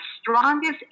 strongest